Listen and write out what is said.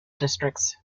districts